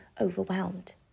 overwhelmed